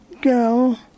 girl